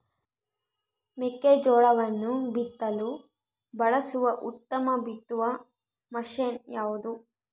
ಮೆಕ್ಕೆಜೋಳವನ್ನು ಬಿತ್ತಲು ಬಳಸುವ ಉತ್ತಮ ಬಿತ್ತುವ ಮಷೇನ್ ಯಾವುದು?